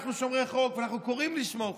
אנחנו שומרי חוק ואנחנו קוראים לשמור חוק,